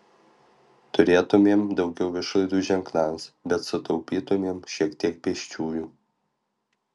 turėtumėm daugiau išlaidų ženklams bet sutaupytumėm šiek tiek pėsčiųjų